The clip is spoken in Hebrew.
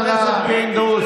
כי אז הוא יצטרך לענות לך.